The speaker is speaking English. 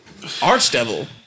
Archdevil